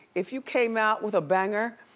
if you came out with a banger,